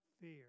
fear